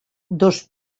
dos